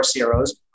CROs